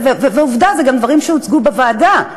ועובדה, אלה גם דברים שהוצגו בוועדה,